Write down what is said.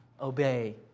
obey